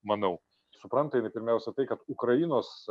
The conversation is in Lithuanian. manau supranta jinai pirmiausia tai kad ukrainos